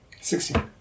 Sixteen